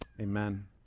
Amen